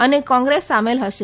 અને કોંગ્રેસ સામેલ હશે